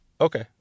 Okay